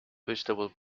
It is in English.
vegetable